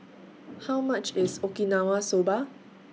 How much IS Okinawa Soba